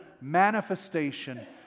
manifestation